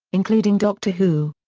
including doctor who.